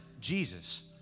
Jesus